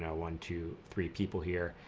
one, two, three people here,